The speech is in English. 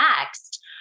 next